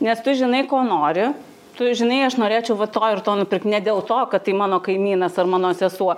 nes tu žinai ko nori tu žinai aš norėčiau va to ir to nupirkt ne dėl to kad tai mano kaimynas ar mano sesuo